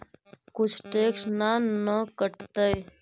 कुछ टैक्स ना न कटतइ?